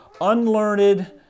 unlearned